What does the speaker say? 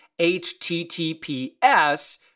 HTTPS